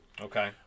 Okay